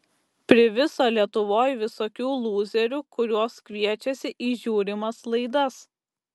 priviso lietuvoj visokių lūzerių kuriuos kviečiasi į žiūrimas laidas